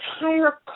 entire